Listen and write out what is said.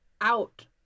out